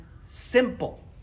simple